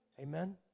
Amen